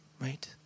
right